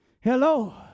Hello